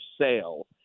sale